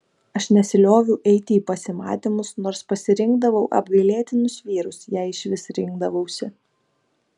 aš nesilioviau eiti į pasimatymus nors pasirinkdavau apgailėtinus vyrus jei išvis rinkdavausi